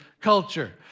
culture